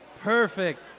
Perfect